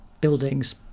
buildings